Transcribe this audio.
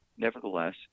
Nevertheless